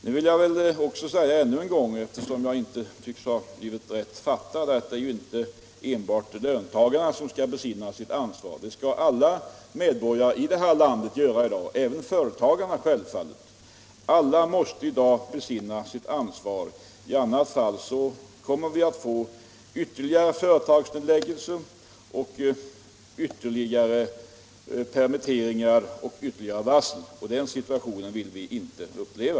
Nu vill jag säga ännu en gång, eftersom jag inte tycks ha blivit rätt uppfattad, att det inte är enbart löntagarna som skall besinna sitt ansvar. Det skall alla medborgare i det här landet, självfallet även företagarna. Alla måste i dag besinna sitt ansvar, i annat fall kommer vi att få ytterligare företagsnedläggelser, ytterligare permitteringar och ytterligare varsel. Den situationen vill vi inte uppleva.